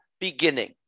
beginning